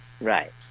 Right